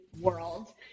world